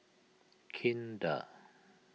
Kinder